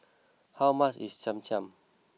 how much is Cham Cham